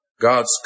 God's